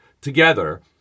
together